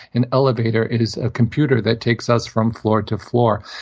an elevator is a computer that takes us from floor to floor.